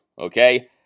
Okay